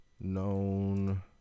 known